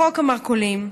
חוק המרכולים,